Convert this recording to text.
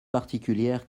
particulière